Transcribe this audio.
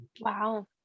Wow